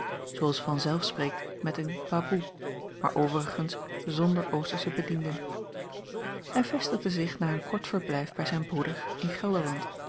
zooals vanzelf spreekt met eene baboe maar overigens zonder oostersche bedienden hij vestigde zich na een kort verblijf bij zijn broeder in gelderland